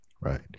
Right